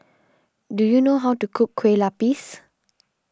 do you know how to cook Kueh Lapis